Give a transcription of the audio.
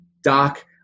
Doc